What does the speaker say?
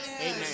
Amen